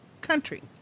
country